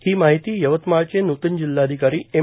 ही माहिती यवतमाळचे नूतन जिल्हाधिकारी एम